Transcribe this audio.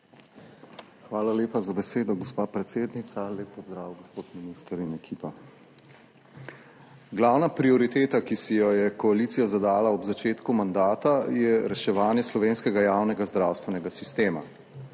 Hvala lepa za besedo, gospa predsednica. Lep pozdrav, gospod minister in ekipa. Glavna prioriteta, ki si jo je koalicija zadala ob začetku mandata je reševanje slovenskega javnega zdravstvenega sistema.